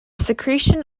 secretion